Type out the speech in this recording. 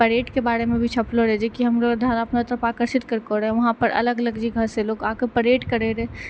parade के बारे मे भी छपलो रहै जेकी हमरो ध्यान अपना तरफ आकर्षित करै वहाँ पर अलग अलग जगह सँ लोक आकऽ परेड करै रहै